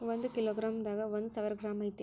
ಒಂದ kilogram ದಾಗ ಒಂದ ಸಾವಿರ ಗ್ರಾಂ ಐತಿ